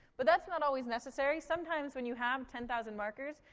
but that's not always necessary. sometimes when you have ten thousand markers,